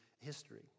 history